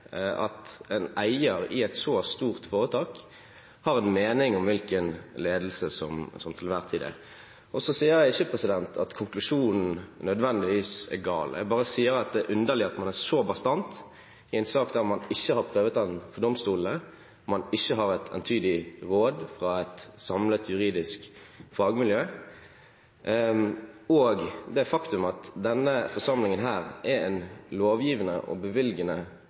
at en eier i et så stort foretak har en mening om hvilken ledelse som til enhver tid er. Så sier jeg ikke at konklusjonen nødvendigvis er gal, jeg bare sier at det er underlig at man er så bastant i en sak som man ikke har prøvd for domstolene, og hvor man ikke har et entydig råd fra et samlet juridisk fagmiljø – og det faktum at denne forsamlingen er en lovgivende og bevilgende